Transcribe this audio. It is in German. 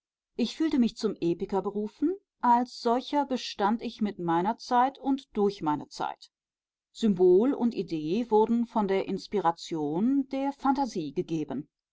ich fühlte mich zum epiker berufen als solcher bestand ich mit meiner zeit und durch meine zeit symbol und idee wurden von der inspiration der phantasie gegeben